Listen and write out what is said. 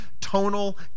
tonal